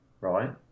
right